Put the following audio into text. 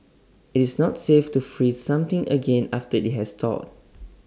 IT is not safe to freeze something again after IT has thawed